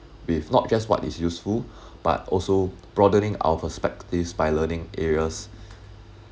with not just what is useful but also broadening our perspectives by learning areas